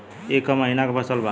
ई क महिना क फसल बा?